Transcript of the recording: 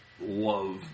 love